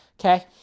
Okay